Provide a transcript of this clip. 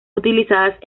utilizadas